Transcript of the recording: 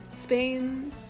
Spain